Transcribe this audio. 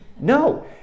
no